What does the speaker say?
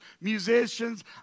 musicians